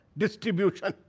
distribution